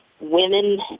women